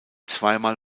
zweimal